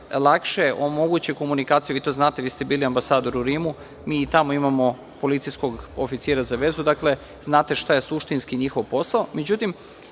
lakše omoguće komunikaciju. Vi to znate, vi ste bili ambasador u Rimu, mi i tamo imamo policijskog oficira za vezu. Dakle, znate šta je suštinski njihov posao, međutim,